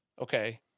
Okay